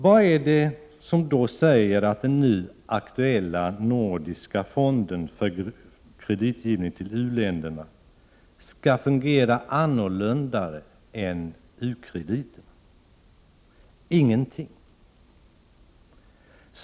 Vad är det som säger att den nu aktuella nordiska fonden för kreditgivning till u-länderna skall fungera annorlunda än u-krediterna? Ingenting.